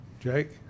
Jake